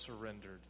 surrendered